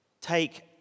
take